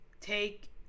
take